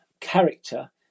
character